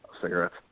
cigarettes